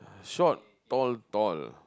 short tall tall